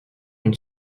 une